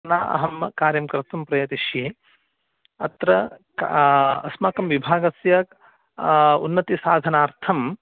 न अहं कार्यं कर्तुं प्रयतिष्ये अत्र क् अस्माकं विभागस्य उन्नतिसाधनार्थं